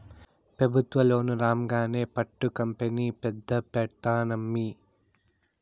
పెబుత్వ లోను రాంగానే పట్టు కంపెనీ పెద్ద పెడ్తానమ్మీ